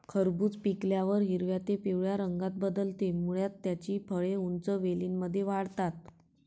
खरबूज पिकल्यावर हिरव्या ते पिवळ्या रंगात बदलते, मुळात त्याची फळे उंच वेलींमध्ये वाढतात